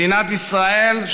מדינת ישראל,